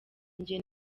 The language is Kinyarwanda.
njye